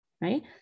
right